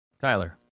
Tyler